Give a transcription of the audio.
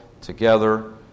together